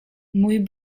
mój